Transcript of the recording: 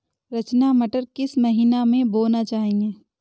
रचना मटर किस महीना में बोना चाहिए?